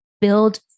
build